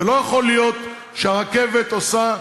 ולא יכול להיות שהרכבת עושה,